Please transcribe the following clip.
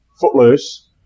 footloose